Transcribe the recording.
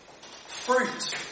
Fruit